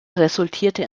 resultierte